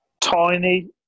Tiny